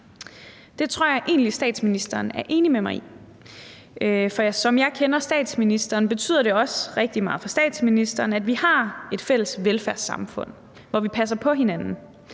Det tror jeg egentlig statsministeren er enig med mig i, for som jeg kender statsministeren, betyder det også rigtig meget for statsministeren, at vi har et fælles velfærdssamfund, hvor vi passer på hinanden,